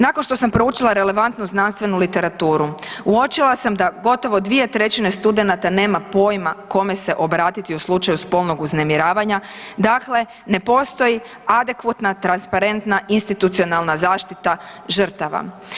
Nakon što sam proučila relevantno znanstvenu literaturu uočila sam da gotovo dvije trećine studenata nema pojma kome se obratiti u slučaju spolnog uznemiravanja, dakle ne postoji adekvatna, transparentna institucionalna zaštita žrtava.